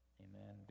amen